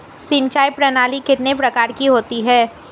सिंचाई प्रणाली कितने प्रकार की होती हैं?